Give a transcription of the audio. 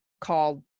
called